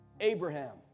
Abraham